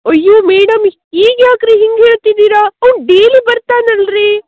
ಅಯ್ಯೋ ಮೇಡಮ್ ಈಗ ಯಾಕೆ ರೀ ಹಿಂಗೆ ಹೇಳ್ತಿದಿರಾ ಅವ್ವು ಡೇಲಿ ಬರ್ತಾನಲ್ರಿ